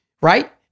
right